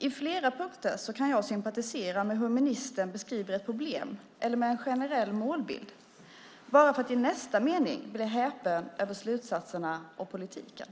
På flera punkter kan jag sympatisera med hur ministern beskriver ett problem eller med en generell målbild bara för att i nästa mening bli häpen över slutsatserna och politiken.